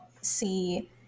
see